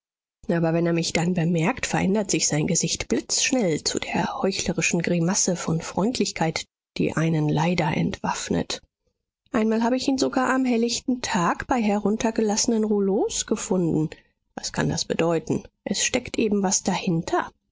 aber wenn er mich dann bemerkt verändert sich sein gesicht blitzschnell zu der heuchlerischen grimasse von freundlichkeit die einen leider entwaffnet einmal hab ich ihn sogar am hellichten tag bei heruntergelassenen rouleaus gefunden was kann das bedeuten es steckt eben was dahinter